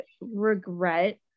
regret